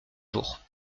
jour